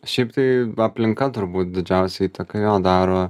šiaip tai aplinka turbūt didžiausią įtaką jo daro